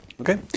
Okay